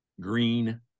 green